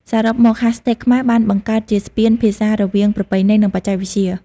សរុបមក ហាស់ ថេកខ្មែរបានបង្កើតជាស្ពានភាសារវាងប្រពៃណី និងបច្ចេកវិទ្យា។